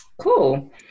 Cool